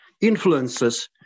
influences